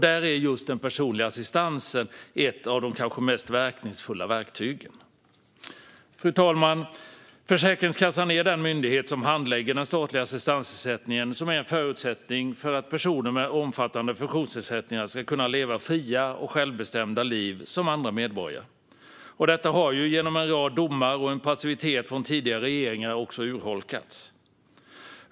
Där är just den personliga assistansen ett av de kanske verkningsfullaste verktygen. Fru talman! Försäkringskassan är den myndighet som handlägger den statliga assistansersättningen, som är en förutsättning för att personer med omfattande funktionsnedsättningar ska kunna leva fria och självbestämda liv, som andra medborgare. Detta har genom en rad domar och en passivitet från tidigare regeringar urholkats.